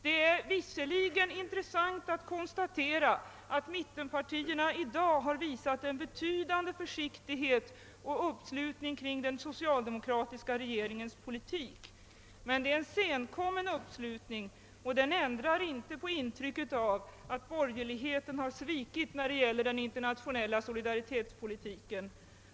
Det är = visserligen intressant att konstatera att mittenpar tierna i dag bar visat en betydande försiktighet och uppslutning kring den socialdemokratiska regeringens politik. Men det är en senkommen uppslutning, och den ändrar inte på intrycket av att borgerligheten har svikit när det gäller den internationella solidaritetspolitiken.